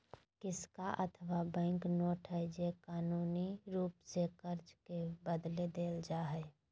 सिक्का अथवा bank note हइ जे कानूनी रूप से कर्ज के बदले देल जा हइ